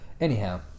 Anyhow